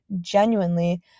genuinely